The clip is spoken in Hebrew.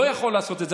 לא יכול לעשות את זה?